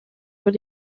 but